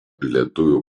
lietuvių